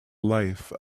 life